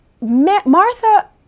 Martha